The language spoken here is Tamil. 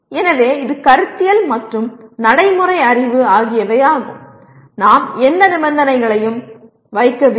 எனவே இது கருத்தியல் மற்றும் நடைமுறை அறிவு ஆகியவையாகும் நாம் எந்த நிபந்தனைகளையும் வைக்கவில்லை